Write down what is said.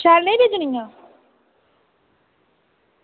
शैल नेहीं भेजनियां